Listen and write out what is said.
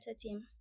team